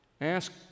Ask